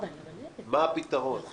ירדנה,